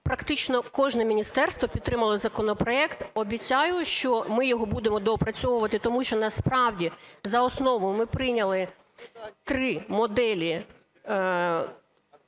практично кожне міністерство підтримало законопроект. Обіцяю, що ми його будемо доопрацьовувати, тому що насправді за основу ми прийняли три моделі,